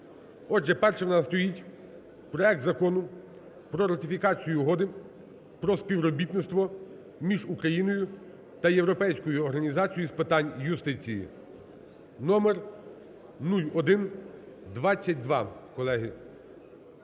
Отже, першим у нас стоїть проект Закону про ратифікацію Угоди про співробітництво між Україною та Європейською організацією з питань юстиції (номер 0122), колеги.